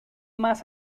más